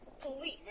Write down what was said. police